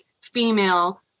female